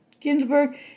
Ginsburg